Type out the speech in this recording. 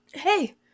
Hey